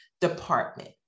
department